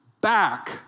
back